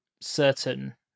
certain